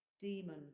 Demon